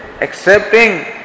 accepting